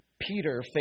Peter